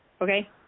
okay